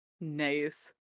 nice